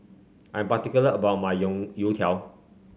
I'm particular about my youtiao